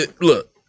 look